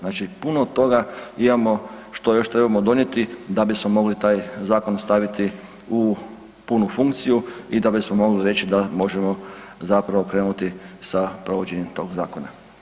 Znači puno toga imamo što još trebamo donijeti da bismo mogli taj zakon staviti u punu funkciju i da bismo mogli reći da možemo zapravo krenuti sa provođenjem tog zakona.